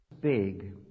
big